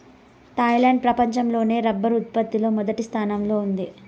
Thailand ప్రపంచం లోనే రబ్బరు ఉత్పత్తి లో మొదటి స్థానంలో ఉంది